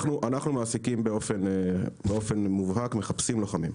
אנחנו מעסיקים באופן מובהק מחפשים לוחמים.